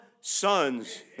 sons